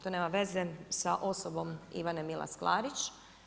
To nema veze sa osobom Ivane Milas Klarić.